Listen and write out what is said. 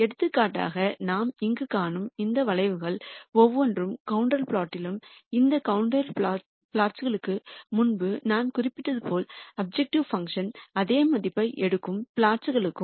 எடுத்துக்காட்டாக நாம் இங்கு காணும் இந்த வளைவுகள் ஒவ்வொன்றும் கண்டூர் பிளாட்ஸ்களாகும் இந்த கண்டூர் பிளாட்ஸ்களுக்கு முன்பு நான் குறிப்பிட்டது போல அப்ஜெக்டிவ் பங்க்ஷன் அதே மதிப்பை எடுக்கும் பிளாட்ஸ்களாகும்